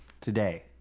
Today